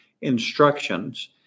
instructions